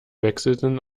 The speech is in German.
wechselten